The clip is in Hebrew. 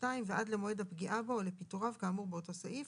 2 ועד למועד הפגיעה בו או לפיטוריו כאמור באותו סעיף".